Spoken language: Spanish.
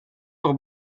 por